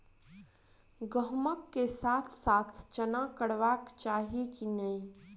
गहुम केँ साथ साथ चना करबाक चाहि की नै?